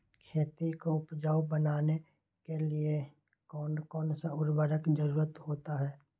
खेती को उपजाऊ बनाने के लिए कौन कौन सा उर्वरक जरुरत होता हैं?